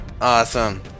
Awesome